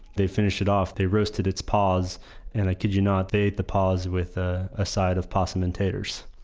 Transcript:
they finished it off. they roasted its paws and, i kid you not, they ate the paws with a ah side of possum and taters